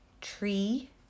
Tree